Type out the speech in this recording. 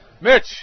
Mitch